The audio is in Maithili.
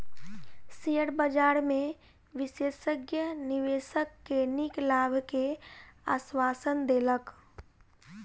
शेयर बजार में विशेषज्ञ निवेशक के नीक लाभ के आश्वासन देलक